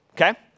okay